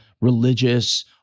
religious